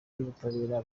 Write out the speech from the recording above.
y’ubutabera